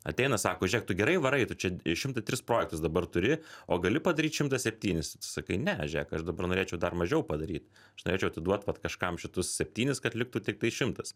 ateina sako žiūrėk tu gerai varai tu čia šimtą tris projektus dabar turi o gali padaryt šimtą septynis sakai ne žiūrėk aš dabar norėčiau dar mažiau padaryt aš norėčiau atiduot vat kažkam šitus septynis kad liktų tiktai šimtas